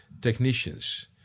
technicians